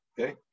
okay